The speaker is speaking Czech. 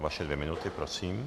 Vaše dvě minuty, prosím.